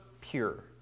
pure